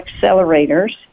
accelerators